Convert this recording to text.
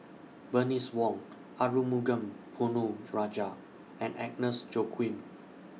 Bernice Wong Arumugam Ponnu Rajah and Agnes Joaquim